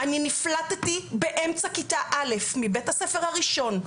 אני נפלטתי באמצע כיתה א' מבית הספר הראשון,